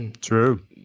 True